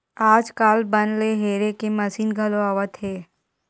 आजकाल बन ल हेरे के मसीन घलो आवत हे